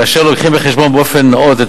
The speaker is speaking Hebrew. כאשר לוקחים בחשבון באופן נאות את